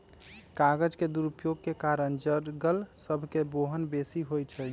कागज के दुरुपयोग के कारण जङगल सभ के दोहन बेशी होइ छइ